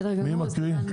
מי מקריא?